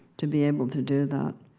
to be able to do that.